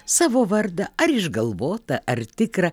savo vardą ar išgalvotą ar tikrą